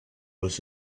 was